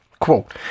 quote